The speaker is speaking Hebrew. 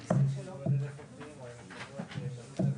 בכובע הקודם קודם קודם שלי,